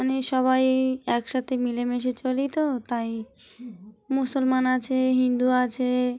মানে সবাই একসাথে মিলেমিশে চলি তো তাই মুসলমান আছে হিন্দু আছে